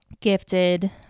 gifted